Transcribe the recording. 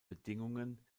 bedingungen